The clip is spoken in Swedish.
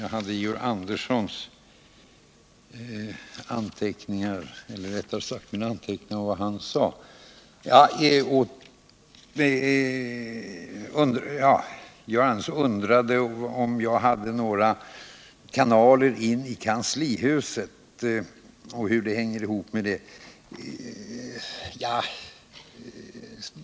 Georg Andersson undrade om jag hade några kanaler till kanslihuset.